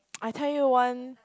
I tell you one